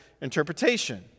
interpretation